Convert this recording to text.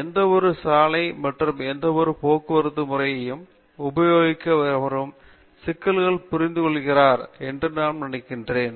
எந்தவொரு சாலை மற்றும் எந்தவொரு போக்குவரத்து முறையையும் உபயோகித்த எவரும் சிக்கல்களை புரிந்துகொள்கிறார் என்று நான் நம்புகிறேன்